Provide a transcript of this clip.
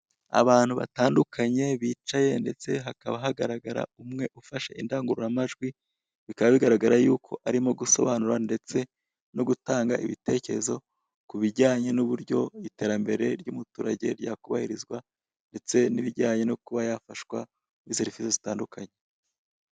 Abantu batandukanye bicaye ndetse hakaba hagaragara umwe ufashe indangururamajwi, bikaba bigaragara ko ari gusobanura ndetse no gutanga ibitekerezo ku bijyanye nk'uburyo iterambere ry'umuturage ryakubahirizwa, ndetse n'ibijyanye no kuba yafashwa serivisi zitandukanye.